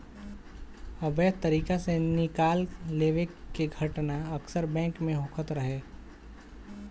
अवैध तरीका से निकाल लेवे के घटना अक्सर बैंक में होखत रहे